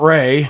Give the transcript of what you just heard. Ray